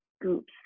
groups